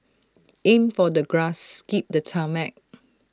aim for the grass skip the tarmac